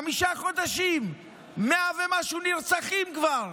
חמישה חודשים, 100 ומשהו נרצחים כבר.